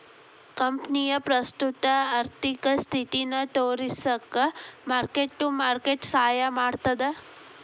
ಕಂಪನಿಯ ಪ್ರಸ್ತುತ ಆರ್ಥಿಕ ಸ್ಥಿತಿನ ತೋರಿಸಕ ಮಾರ್ಕ್ ಟು ಮಾರ್ಕೆಟ್ ಸಹಾಯ ಮಾಡ್ತದ